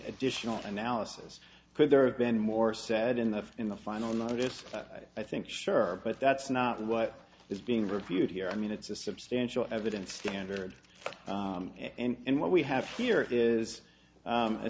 additional analysis could there have been more said in the in the final notice i think sure but that's not what is being reviewed here i mean it's a substantial evidence standard and what we have here is